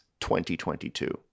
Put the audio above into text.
2022